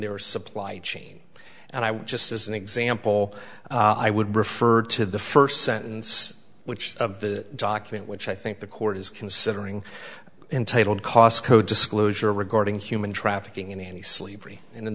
their supply chain and i would just as an example i would refer to the first sentence which of the document which i think the court is considering entitled costco disclosure regarding human trafficking in any sleep in the